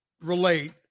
relate